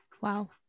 wow